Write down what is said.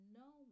no